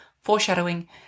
foreshadowing